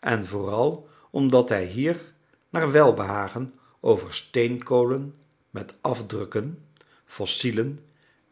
en vooral omdat hij hier naar welbehagen over steenkolen met afdrukken fossielen